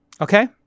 okay